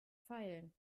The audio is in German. feilen